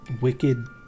wicked